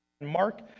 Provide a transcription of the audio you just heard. Mark